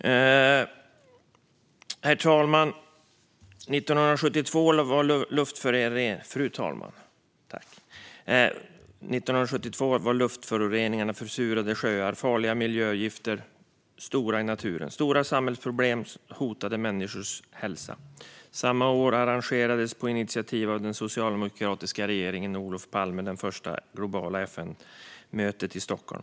Fru talman! År 1972 var luftföroreningar, försurade sjöar och farliga miljögifter i naturen stora samhällsproblem som hotade människors hälsa. Samma år arrangerades på initiativ av den socialdemokratiska regeringen under ledning av Olof Palme det första globala FN-miljömötet i Stockholm.